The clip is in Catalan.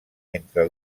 entre